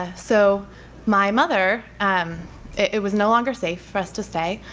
ah so my mother um it was no longer safe for us to stay.